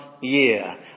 year